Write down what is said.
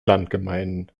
landgemeinden